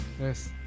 Yes